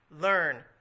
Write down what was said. learn